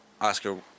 Oscar